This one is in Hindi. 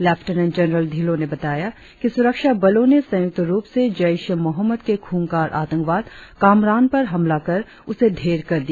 लेफ्टिनेंट जनरल ढिल्लों ने बताया कि सुरक्षा बलों ने संयुक्त रुप से जैश ए मोहम्मद के खूंखार आतंकवाद कामरान पर हमला कर उसे ढेर कर दिया